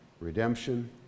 redemption